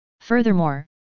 Furthermore